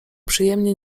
przyjemnie